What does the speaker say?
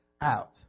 out